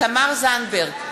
תמר זנדברג,